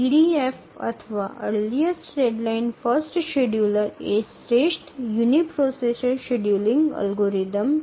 EDF বা earliest deadline first শিডিয়ুলারটি হল অনুকূল ইউনি প্রসেসর শিডিয়ুলিং অ্যালগরিদম